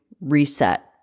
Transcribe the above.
reset